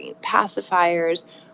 pacifiers